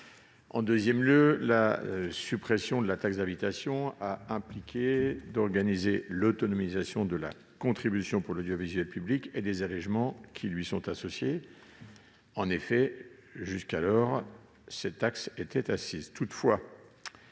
foncière. De plus, la suppression de la taxe d'habitation a eu pour conséquence d'organiser l'autonomisation de la contribution pour l'audiovisuel public et des allégements qui lui sont associés. En effet, jusqu'alors, cette taxe était assise.